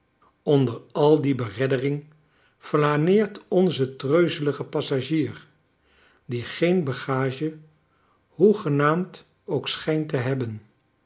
onder al die bereddering flaneert onze treuzelige passagier die geen bagage hoegenaamd ook schijnt te hebben